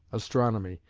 astronomy,